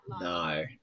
no